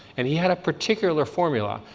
and he had a particular formula,